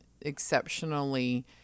exceptionally